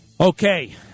Okay